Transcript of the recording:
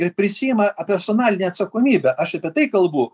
ir prisiima apersonalinę atsakomybę aš apie tai kalbu